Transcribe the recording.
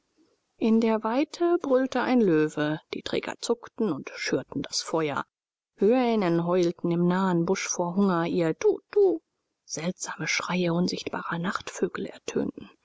in der weite brüllte ein löwe die träger zuckten und schürten das feuer hyänen heulten im nahen busch vor hunger ihr tutu seltsame schreie unsichtbarer nachtvögel ertönten